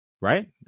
right